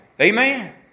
Amen